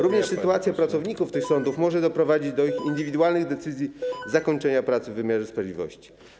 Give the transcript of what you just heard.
Również sytuacja pracowników tych sądów może doprowadzić do ich indywidualnych decyzji o zakończeniu pracy w wymiarze sprawiedliwości.